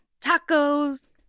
tacos